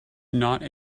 not